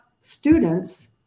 students